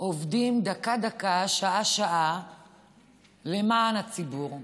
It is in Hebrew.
עובדים דקה-דקה ושעה-שעה למען הציבור.